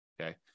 Okay